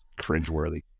cringeworthy